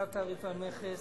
צו תעריף המכס